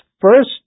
first